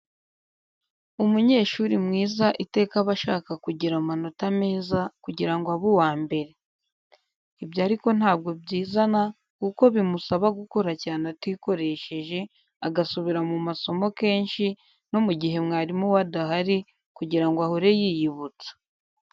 Umunyeshuri mwiza iteka aba ashaka kugira amanota meza kugira ngo abe uwa mbere. Ibyo ariko ntabwo byizana kuko bimusaba gukora cyane atikoresheje, agasubira mu masomo kenshi no mu gihe mwarimu we adahari, kugira ngo ahore yiyibutsa.